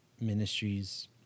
Ministries